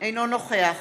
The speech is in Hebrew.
אינו נוכח